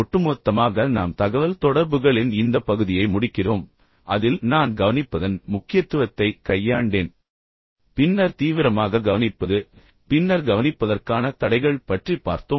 ஒட்டுமொத்தமாக நாம் தகவல்தொடர்புகளின் இந்த பகுதியை முடிக்கிறோம் அதில் நான் கவனிப்பதன் முக்கியத்துவத்தை கையாண்டேன் பின்னர் தீவிரமாக கவனிப்பது பின்னர் கவனிப்பதற்கான தடைகள் பற்றி பார்த்தோம்